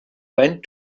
went